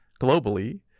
globally